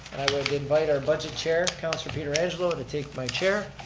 invite our budget chair, councilor pietrangelo to take my chair.